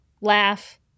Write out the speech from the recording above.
laugh